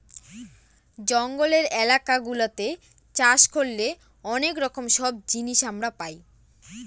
জঙ্গলের এলাকা গুলাতে চাষ করলে অনেক রকম সব জিনিস আমরা পাই